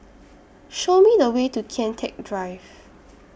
Show Me The Way to Kian Teck Drive